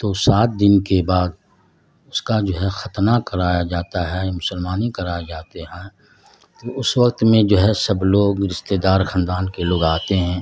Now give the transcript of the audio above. تو سات دن کے بعد اس کا جو ہے ختنہ کرایا جاتا ہے مسلمانی کرائے جاتے ہیں تو اس وقت میں جو ہے سب لوگ رشتے دار خاندان کے لوگ آتے ہیں